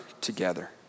together